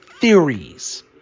Theories